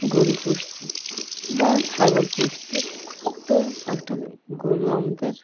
গরু পুষছি বা ছাগল পুষছি তো একটা গরু আমাদের